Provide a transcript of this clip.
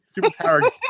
superpowered